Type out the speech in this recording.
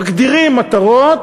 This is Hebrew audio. מגדירים מטרות,